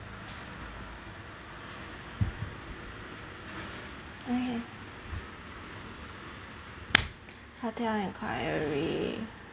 okay hotel inquiry